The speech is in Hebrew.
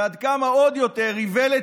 ועד כמה עוד יותר איוולת